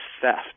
theft